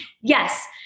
yes